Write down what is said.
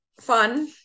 fun